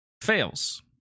fails